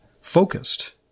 focused